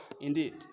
indeed